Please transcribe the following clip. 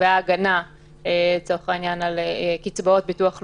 נקבעה הגנה לצורך העניין על קצבאות ביטוח לאומי,